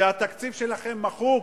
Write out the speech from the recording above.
שהתקציב שלכם מחוק?